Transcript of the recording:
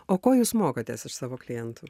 o ko jūs mokotės iš savo klientų